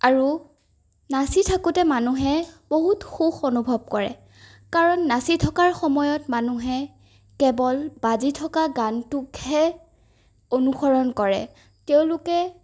আৰু নাচি থাকোঁতে মানুহে বহুত সুখ অনুভৱ কৰে কাৰণ নাচি থকাৰ সময়ত মানুহে কেৱল বাজি থকা গানটোকহে অনুসৰণ কৰে তেওঁলোকে